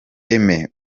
aime